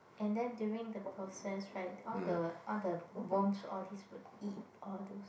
and then during the process right all the all the worms all this will eat all those